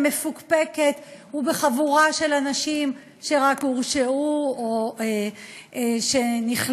מפוקפקת ובחבורה של אנשים שרק הורשעו או שנכלאו,